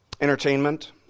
Entertainment